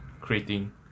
creating